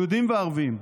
יהודים וערבים.